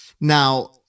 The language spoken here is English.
Now